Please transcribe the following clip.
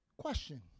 question